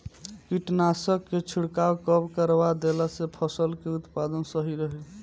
कीटनाशक के छिड़काव कब करवा देला से फसल के उत्पादन सही रही?